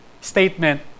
statement